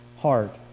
heart